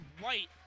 White